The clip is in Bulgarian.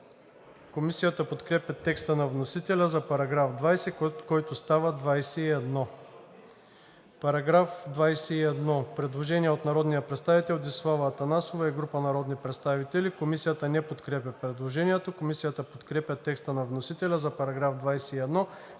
Комисията подкрепя текста на вносителя за § 22, който става § 23. По § 23 има предложение от народния представител Десислава Атанасова и група народни представители. Комисията не подкрепя предложението. Комисията подкрепя текста на вносителя за § 23,